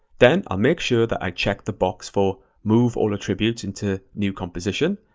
then i'll make sure that i check the box for move all attributes into new composition,